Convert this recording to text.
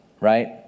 right